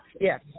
yes